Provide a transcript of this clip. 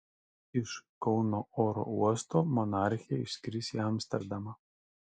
iš kauno oro uosto monarchė išskris į amsterdamą